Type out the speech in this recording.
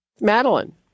Madeline